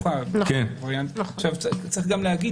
צריך גם להגיד